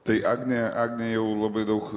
tai agnė agnė jau labai daug